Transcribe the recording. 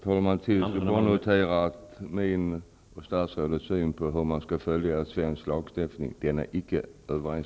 Herr talman! Jag noterar att min och statsrådets syn på hur man skall följa svensk lagstiftning inte stämmer överens.